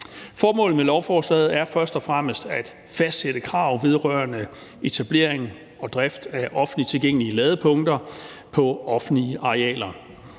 Formålet med lovforslaget er først og fremmest at fastsætte krav vedrørende etablering og drift af offentligt tilgængelige ladepunkter på offentlige arealer.